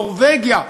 נורבגיה,